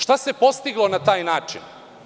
Šta se postiglo na taj način?